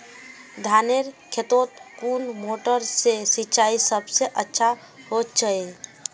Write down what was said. धानेर खेतोत कुन मोटर से सिंचाई सबसे अच्छा होचए?